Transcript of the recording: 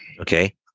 Okay